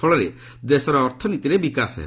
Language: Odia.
ଫଳରେ ଦେଶର ଅର୍ଥନୀତିରେ ବିକାଶ ହେବ